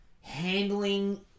handling